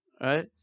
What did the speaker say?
right